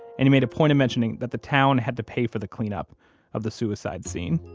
and he made a point of mentioning that the town had to pay for the cleanup of the suicide scene